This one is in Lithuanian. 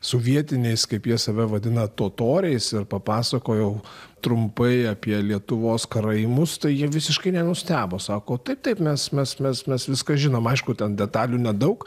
sovietiniais kaip jie save vadina totoriais ir papasakojau trumpai apie lietuvos karaimus tai jie visiškai nenustebo sako taip taip mes mes mes mes viską žinom aišku ten detalių nedaug